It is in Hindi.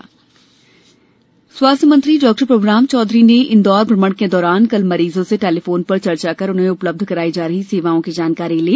इंदौर दौरा स्वास्थ्य मंत्री डॉ प्रभुराम चौधरी ने इन्दौर भ्रमण के दौरान कल मरीजो से टेलीफोन पर चर्चा कर उन्हें उपलब्ध करायी जा रही सेवाओं की जानकारी ली